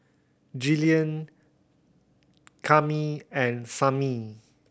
Gillian Cami and Samie